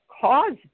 caused